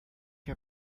heb